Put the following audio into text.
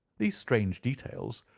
these strange details,